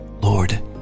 Lord